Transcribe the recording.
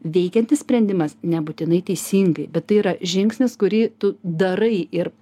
veikiantis sprendimas nebūtinai teisingai bet tai yra žingsnis kurį tu darai ir